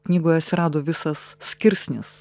knygoje atsirado visas skirsnis